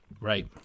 Right